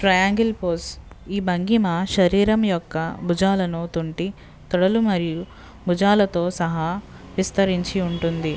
triangle pose ఈ భంగిమ శరీరం యొక్క భుజాలను తుంటి తొడలు మరియు భుజాలతో సహా విస్తరించి ఉంటుంది